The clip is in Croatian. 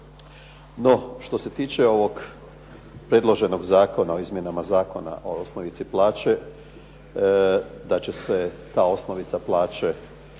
no što se tiče ovog predloženo Zakona o izmjenama Zakona o osnovici plaće da će se ta osnovica plaće